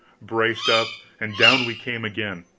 braced up, and down we came again.